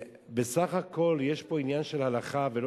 ובסך הכול יש פה עניין של הלכה ולא